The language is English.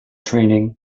training